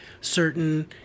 certain